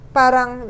parang